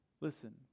Listen